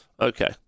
Okay